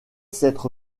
s’être